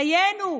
דיינו,